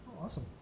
Awesome